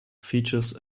features